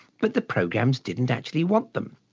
but the programs didn't actually want them.